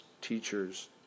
teachers